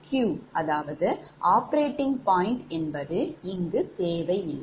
ஆக Q operating point என்பது இங்கு தேவையில்லை